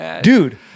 dude